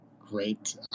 Great